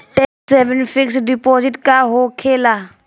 Tax saving fix deposit का होखे ला?